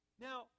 Now